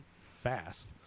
fast